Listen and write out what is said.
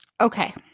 Okay